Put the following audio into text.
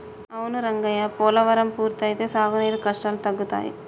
అవును రంగయ్య పోలవరం పూర్తి అయితే సాగునీరు కష్టాలు తగ్గుతాయి